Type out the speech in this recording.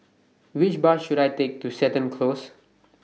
Which Bus should I Take to Seton Close